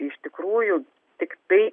iš tikrųjų tiktai